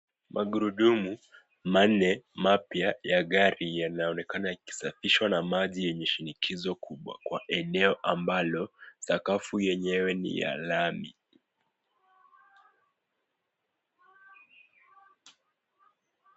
Magurudumu manne mapya ya gari yanaonekana yakisafishwa na maji yenye shinikizo kubwa kwa eneo ambalo sakafu yenyewe ni ya lami.